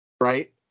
right